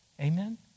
Amen